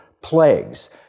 plagues